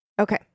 Okay